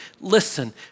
Listen